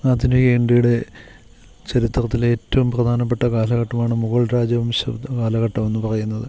ആധുനിക ഇന്ത്യയുടെ ചരിത്രത്തിലേറ്റവും പ്രധാനപ്പെട്ട കാലഘട്ടമാണ് മുഗൾ രാജവംശ കാലഘട്ടമെന്നു പറയുന്നത്